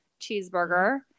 cheeseburger